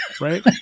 Right